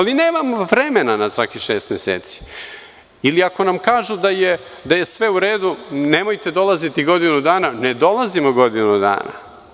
Mi nemamo vremena na svakih šest meseci, ili ako nam kažu da je sve uredu, nemojte dolaziti godinu dana, ne dolazimo godinu dana.